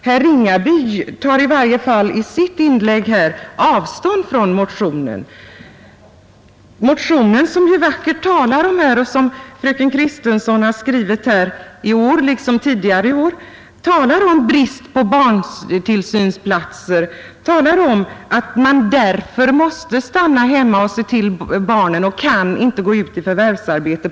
Herr Ringaby tar i varje fall i sitt inlägg här avstånd från motionen, där fru Kristensson i år liksom tidigare år talar om bristen på barntillsynsplatser och om att kvinnor på grund av den måste stanna hemma och se till barnen och inte kan gå ut i förvärvsarbete.